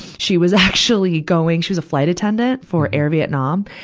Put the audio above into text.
she was actually going she was a flight attendant for air vietnam.